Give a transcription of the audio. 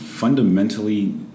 Fundamentally